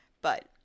But-